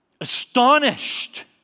astonished